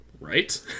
Right